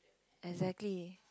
exactly